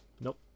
nope